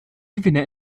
gewinne